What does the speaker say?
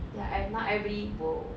ya I now everybody will